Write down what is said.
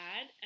add